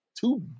two